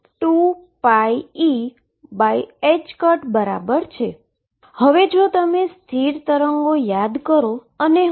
મારી પાસે 22md2dx2 12m2x2x હશે